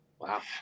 Wow